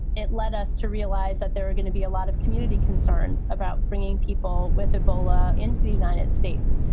it led us to realize that there are going to be a lot of community concerns about bringing people with ebola into the united states.